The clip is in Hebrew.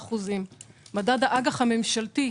ב-7%; מדד האג"ח הממשלתי,